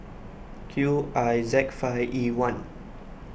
Q I Z five E one